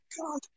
God